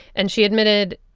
and she admitted,